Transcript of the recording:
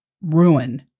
ruin